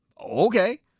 Okay